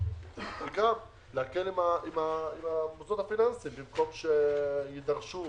וגם להקל עם המוסדות הפיננסיים; במקום שיידרשו